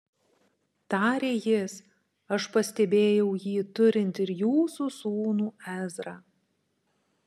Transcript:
tarė jis aš pastebėjau jį turint ir jūsų sūnų ezrą